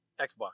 Xbox